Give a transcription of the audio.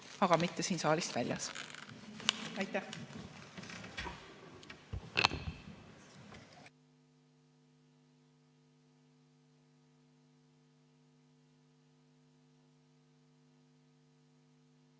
aga mitte siit saalist väljas. Aitäh!